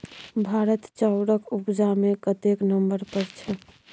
भारत चाउरक उपजा मे कतेक नंबर पर छै?